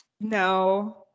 No